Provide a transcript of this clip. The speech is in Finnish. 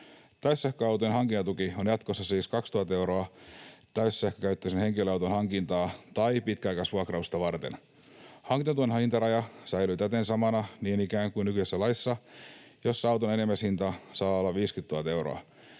Täyssähköautojen hankintatuki on jatkossa siis 2 000 euroa täyssähkökäyttöisen henkilöauton hankintaa tai pitkäaikaisvuokrausta varten. Hankinta-tuen hintaraja säilyy täten niin ikään samana kuin nykyisessä laissa, jossa auton enimmäishinta saa olla 50 000 euroa.